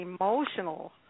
emotional